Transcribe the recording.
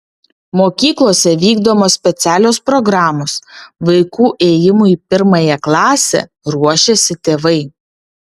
mokyklose vykdomos specialios programos vaikų ėjimui į pirmąją klasę ruošiasi tėvai